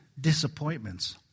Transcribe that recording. disappointments